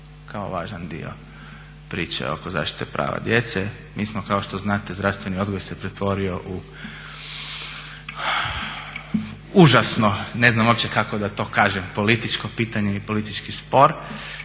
kao važan dio priče oko zaštite prava djece. Mi smo kao što znate zdravstveni odgoj se pretvorio u užasno, ne znam uopće kako da to kažem, političko pitanje i politički spor.